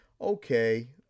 Okay